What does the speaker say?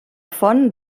font